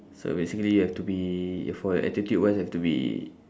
so basically you have to be for your attitude wise have to be